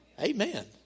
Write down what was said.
Amen